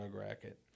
racket